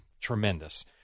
tremendous